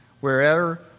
wherever